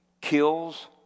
kills